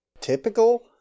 typical